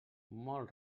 molt